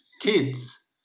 kids